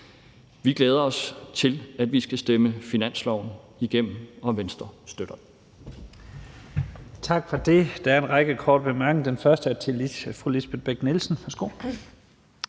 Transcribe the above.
Vi glæder os til, at vi skal stemme finansloven igennem, og Venstre støtter